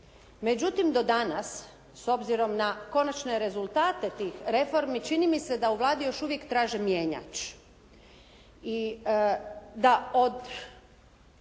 Međutim do danas s obzirom na konačne rezultate tih reformi, čini mi se da u Vladi još uvijek traže mjenjač